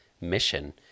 mission